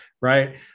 right